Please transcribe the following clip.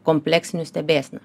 kompleksinių stebėsena